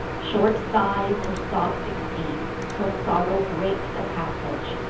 short sighs and sobs succeed till sorrow breaks a passage,